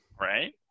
Right